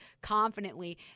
confidently